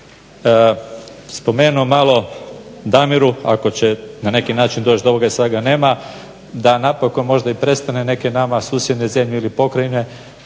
spomenuo malo Damiru ako će na neki način doći do ovoga, sad ga nema, da napokon možda i prestane neke nama susjedne zemlje ili pokrajine,